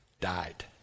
died